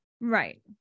right